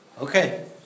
Okay